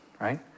right